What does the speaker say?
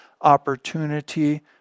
opportunity